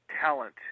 talent